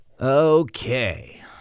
Okay